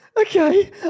okay